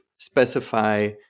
specify